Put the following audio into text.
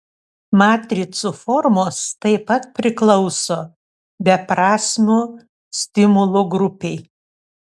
matricų formos taip pat priklauso beprasmių stimulų grupei